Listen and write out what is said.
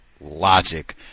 logic